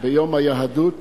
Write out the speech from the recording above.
ב"יום היהדות",